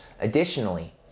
Additionally